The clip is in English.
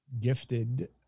gifted